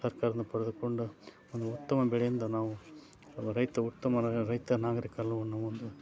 ಸರ್ಕಾರದಿಂದ ಪಡೆದುಕೊಂಡು ಒಂದು ಉತ್ತಮ ಬೆಳೆಯಿಂದ ನಾವು ಒಬ್ಬ ರೈತ ಉತ್ತಮವಾದಾಗ ರೈತ ನಾಗರೀಕ ಅನ್ನೋ ಒಂದು